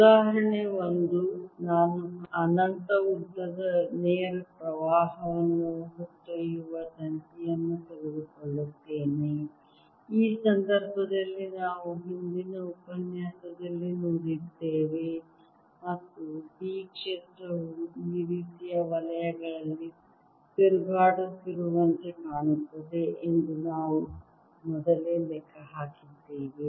ಉದಾಹರಣೆ 1 ನಾನು ಅನಂತ ಉದ್ದದ ನೇರ ಪ್ರವಾಹವನ್ನು ಹೊತ್ತೊಯ್ಯುವ ತಂತಿಯನ್ನು ತೆಗೆದುಕೊಳ್ಳುತ್ತೇನೆ ಈ ಸಂದರ್ಭದಲ್ಲಿ ನಾವು ಹಿಂದಿನ ಉಪನ್ಯಾಸದಲ್ಲಿ ನೋಡಿದ್ದೇವೆ ಮತ್ತು B ಕ್ಷೇತ್ರವು ಈ ರೀತಿಯ ವಲಯಗಳಲ್ಲಿ ತಿರುಗಾಡುತ್ತಿರುವಂತೆ ಕಾಣುತ್ತದೆ ಎಂದು ನಾವು ಮೊದಲೇ ಲೆಕ್ಕ ಹಾಕಿದ್ದೇವೆ